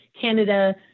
Canada